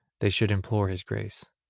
they should implore his grace.